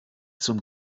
zum